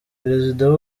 perezida